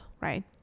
right